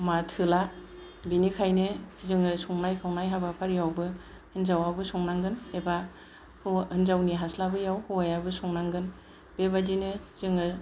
आ थोला बेनिखायनो जोङो संनाय खावनाय हाबाफारिआवबो हिनजावाबो संनांगोन एबा हिनजावनि हास्लाबैआव हौवायाबो संनांगोन बेबादिनो जोङो